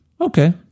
Okay